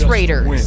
Raiders